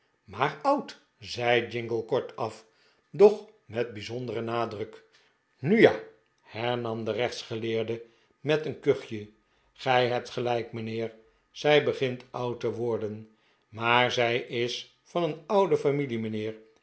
maar oud zei jingle kortaf doch met bijzonderen nadruk nu ja hernam de rechtsgeleerde met een kuchje gij hebt gelijk mijnheer zij begint oud te worden maar zij is van een oude familie mijnheer